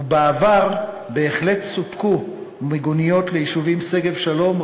ובעבר בהחלט סופקו מיגוניות ליישובים שגב-שלום,